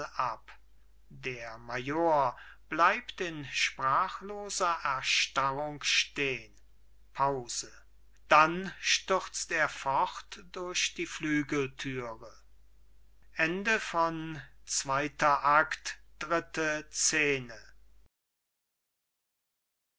der major bleibt in sprachloser erstarrung stehen pause dann stürzt er fort durch die flügelthüre